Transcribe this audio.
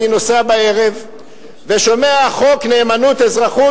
אני נוסע בערב ושומע: חוק נאמנות-אזרחות,